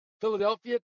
Philadelphia